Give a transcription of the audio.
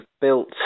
built